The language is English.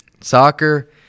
soccer